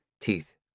teeth